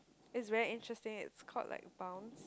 it's very interesting it's called like bounce